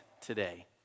today